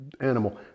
animal